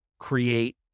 create